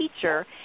teacher